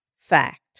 fact